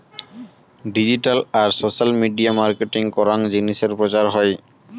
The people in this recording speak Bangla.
ডিজিটাল আর সোশ্যাল মিডিয়া মার্কেটিং করাং জিনিসের প্রচার হই